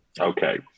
Okay